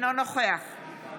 אינו נוכח חוה